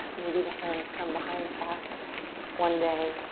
maybe the hands come behind the calf one day.